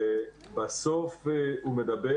בסוף הוא מדבר,